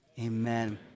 Amen